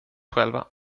själva